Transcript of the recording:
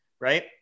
right